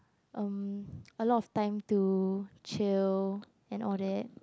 erm a lot of time to chill and all that